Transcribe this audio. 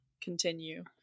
continue